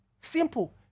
Simple